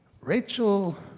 Rachel